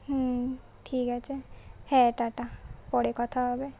হুম ঠিক আছে হ্যাঁ টাটা পরে কথা হবে